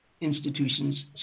institutions